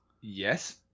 Yes